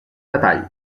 detall